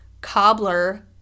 Cobbler